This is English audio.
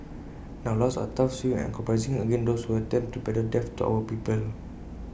and our laws are tough swift and uncompromising against those who attempt to peddle death to our people